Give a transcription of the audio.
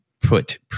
put